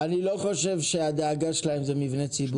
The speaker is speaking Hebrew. אני לא חושב שהדאגה שלהם זה מבני ציבור.